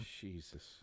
Jesus